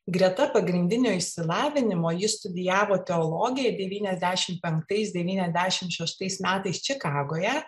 greta pagrindinio išsilavinimo ji studijavo teologiją devyniasdešimt penktais devyniasdešimt šeštais metais čikagoje